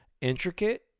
intricate